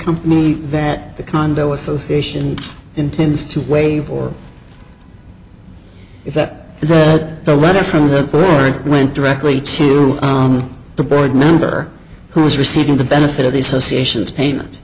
company that the condo association intends to waive or is that read the letter from the board went directly to the board member who was receiving the benefit of the associations payment